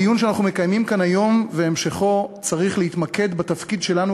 הדיון שאנחנו מקיימים כאן היום והמשכו צריכים להתמקד בתפקיד שלנו